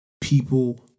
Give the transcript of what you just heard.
People